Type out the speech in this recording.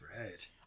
right